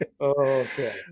Okay